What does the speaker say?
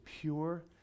pure